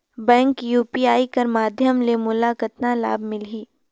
Bank UPI कर माध्यम ले मोला कतना लाभ मिली?